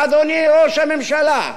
אדוני ראש הממשלה,